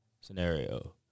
scenario